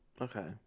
Okay